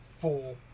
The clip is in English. four